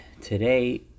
Today